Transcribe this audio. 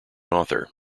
author